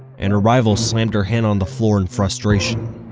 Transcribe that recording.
and her rival slammed her hand on the floor in frustration.